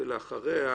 אחריה